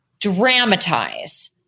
dramatize